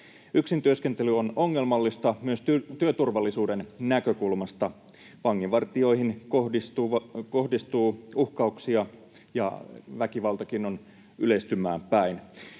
Yksin työskentely on ongelmallista myös työturvallisuuden näkökulmasta. Vanginvartijoihin kohdistuu uhkauksia, ja väkivaltakin on yleistymään päin.